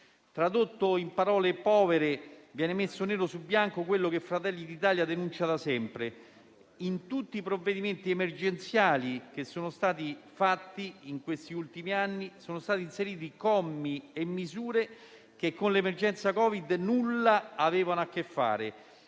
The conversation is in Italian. Tradotto in parole povere, viene messo nero su bianco quello che Fratelli d'Italia denuncia da sempre. In tutti i provvedimenti emergenziali adottati negli ultimi anni sono stati inseriti commi e misure che con l'emergenza Covid nulla avevano a che fare